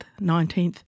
19th